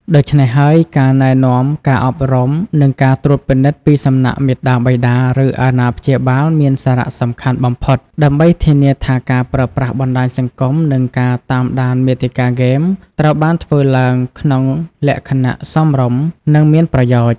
ដូច្នេះហើយ ការណែនាំ ការអប់រំ និងការត្រួតពិនិត្យពីសំណាក់មាតាបិតា ឬអាណាព្យាបាល មានសារៈសំខាន់បំផុត ដើម្បីធានាថាការប្រើប្រាស់បណ្តាញសង្គម និងការតាមដានមាតិកាហ្គេម ត្រូវបានធ្វើឡើងក្នុងលក្ខណៈសមរម្យ និងមានប្រយោជន៍។